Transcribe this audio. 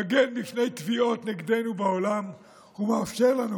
מגן בפני תביעות נגדנו בעולם ומאפשר לנו,